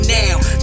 now